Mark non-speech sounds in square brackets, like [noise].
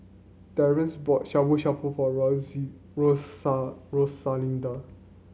Terrell bought Shabu Shabu for [unintelligible] Rosalinda